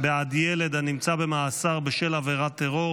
בעד ילד הנמצא במאסר בשל עבירת טרור),